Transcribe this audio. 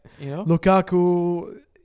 Lukaku